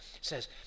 says